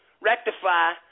rectify